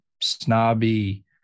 snobby